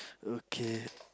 okay